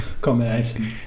combination